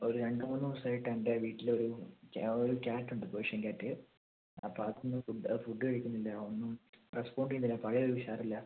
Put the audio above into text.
അപ്പം ഒരു രണ്ട് മൂന്ന് ദിവസമായിട്ട് എൻ്റെ വീട്ടിലെ ഒരു ഒരു ക്യാറ്റ് ഉണ്ട് പേർഷ്യൻ ക്യാറ്റ് അപ്പോൾ അത് ഒന്നും ഫുഡ് ഫുഡ് കഴിക്കുന്നില്ല ഒന്നും റെസ്പോണ്ട് ചെയ്യുന്നില്ല ഒന്നും പഴയൊരു ഉഷാറില്ല